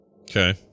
Okay